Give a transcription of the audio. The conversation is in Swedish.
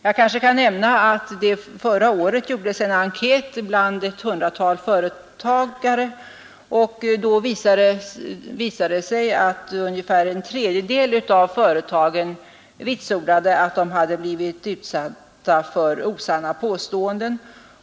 Jag kanske kan nämna att förra året företogs en enkät bland ett hundratal företagare, och då visade det sig att ungefär en tredjedel av företagen vitsordade att de blivit utsatta för osanna påståenden.